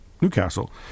Newcastle